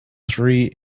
three